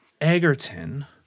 Egerton –